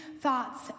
thoughts